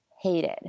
hated